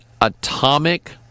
atomic